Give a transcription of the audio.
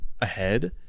ahead